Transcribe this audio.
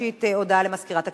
הודעה למזכירת הכנסת.